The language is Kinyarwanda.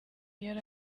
yari